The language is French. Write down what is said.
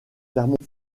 clermont